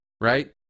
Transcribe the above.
right